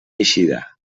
eixida